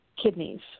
kidneys